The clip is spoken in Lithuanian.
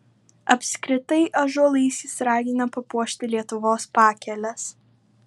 apskritai ąžuolais jis ragina papuošti lietuvos pakeles